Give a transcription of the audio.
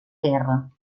guerra